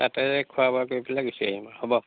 তাতে খোৱা বোৱা কৰি পেলাই গুচি আহিম আৰু হ'ব